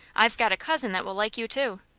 i've got a cousin that will like you, too.